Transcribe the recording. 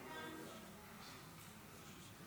טלי,